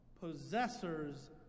Possessors